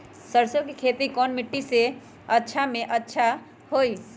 सरसो के खेती कौन मिट्टी मे अच्छा मे जादा अच्छा होइ?